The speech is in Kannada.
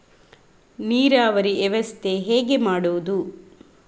ನೀರಾವರಿ ವ್ಯವಸ್ಥೆ ಹೇಗೆ ಮಾಡುವುದು?